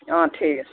অঁ ঠিক আছে